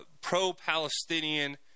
pro-Palestinian